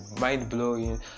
mind-blowing